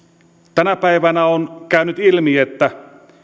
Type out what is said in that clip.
tänä päivänä on käynyt ilmi että